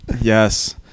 Yes